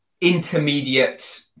intermediate